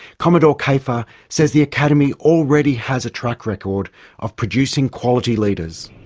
commodore kafer says the academy already has a track record of producing quality leaders.